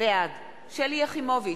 בעד שלי יחימוביץ,